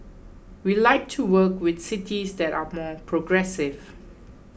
we like to work with cities that are more progressive